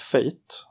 Fate